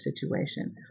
situation